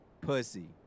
pussy